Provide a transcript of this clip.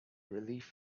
relief